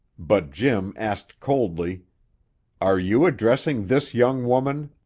but jim asked coldly are you addressing this young woman?